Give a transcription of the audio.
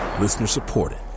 Listener-supported